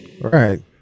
right